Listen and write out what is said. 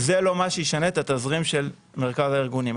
זה לא מה שישנה את התזרים של מרכז הארגונים.